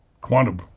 quantum